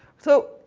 so,